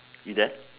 you there